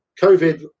covid